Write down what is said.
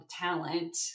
talent